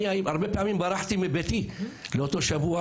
אני הרבה פעמים ברחתי מביתי באותו שבוע,